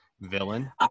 villain